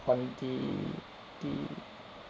quantity